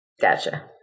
Gotcha